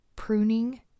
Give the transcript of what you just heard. pruning